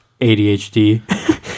ADHD